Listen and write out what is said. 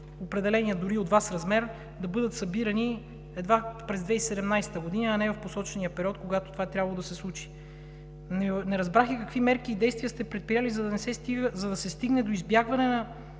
определения от Вас размер да бъдат събирани едва през 2017 г., а не в посочения период, когато това е трябвало да се случи. Не разбрах и какви мерки и действия сте предприели, за да не се стигне до избягване в